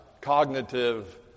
cognitive